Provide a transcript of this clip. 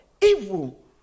Evil